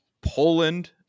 Poland